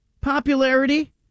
popularity